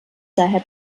daher